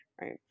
Right